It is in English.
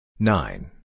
Nine